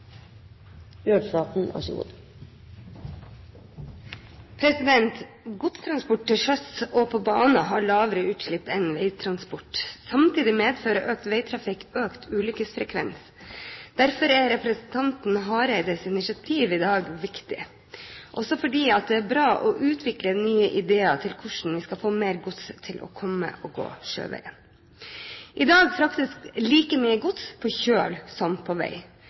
representanten Hareides initiativ i dag viktig, også fordi det er bra å utvikle nye ideer til hvordan vi skal få mer gods til å komme og gå sjøveien. I dag fraktes like mye gods på kjøl som på vei.